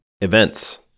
Events